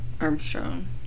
Armstrong